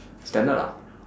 standard lah